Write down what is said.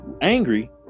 angry